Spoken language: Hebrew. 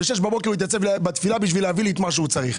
ב-6 בבוקר התייצב בתפילה כדי להביא לי את מה שהוא צריך.